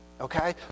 okay